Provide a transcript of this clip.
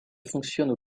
fonctionne